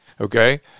Okay